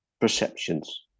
perceptions